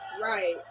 Right